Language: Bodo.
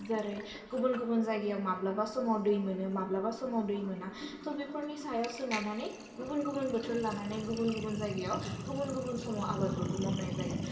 जेरै गुबुन गुबुन जायगायाव माब्लाबा समाव दै मोनो माब्लाबा समाव दै मोना थ' बेफोरनि सायाव सोनारनानै गुबुन गुबुन बोथोर लानानै गुबुन गुबुन जायगायाव गुबुन गुबुन समाव आबादफोरखौ मावनाय जायो